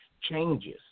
changes